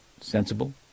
sensible